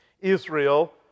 Israel